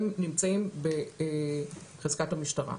הם נמצאים בחזקת המשטרה.